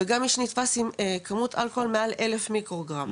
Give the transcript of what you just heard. וגם מי שנתפס עם כמות אלכוהול מעל 1000 מיקרוגרם.